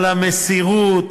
על המסירות,